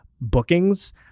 bookings